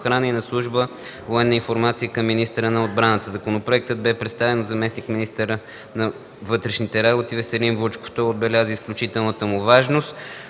охрана и на служба „Военна информация” към министъра на отбраната. Законопроектът беше представен от заместник-министъра на вътрешните работи Веселин Вучков. Той отбеляза изключителната му важност